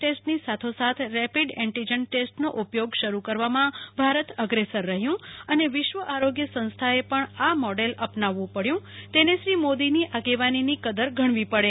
ટેસ્ટની સાથોસાથ rapid antigen ટેસ્ટનો ઉપયોગ શરૂ કરવામાં ભારત અગ્રેસર રહ્યું અને વિશ્વ આરોગ્ય સંસ્થાએ પણ આ મોડેલ અપનાવવું પડ્યું તેને શ્રી મોદીની આગેવાનીની કદર ગણવી પડે